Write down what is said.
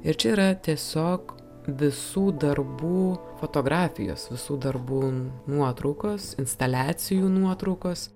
ir čia yra tiesiog visų darbų fotografijos visų darbų nuotraukos instaliacijų nuotraukos